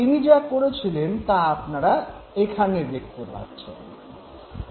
তিনি যা করেছিলেন তা আপনারা এখানে দেখতে পাচ্ছেন